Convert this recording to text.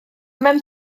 mewn